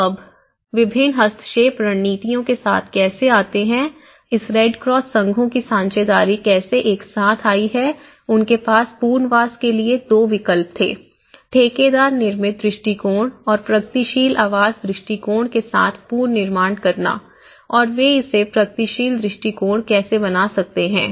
तो अब विभिन्न हस्तक्षेप रणनीतियों के साथ कैसे आते हैं इस रेड क्रॉस संघों की साझेदारी कैसे एक साथ आई है उनके पास पुनर्वास के लिए 2 विकल्प थे ठेकेदार निर्मित दृष्टिकोण और प्रगतिशील आवास दृष्टिकोण के साथ पुनर्निर्माण करना और वे इसे प्रगतिशील दृष्टिकोण कैसे बना सकते हैं